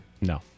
no